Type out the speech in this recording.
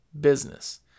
business